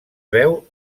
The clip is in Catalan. veu